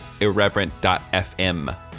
Irreverent.fm